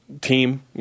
team